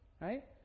Right